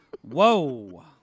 Whoa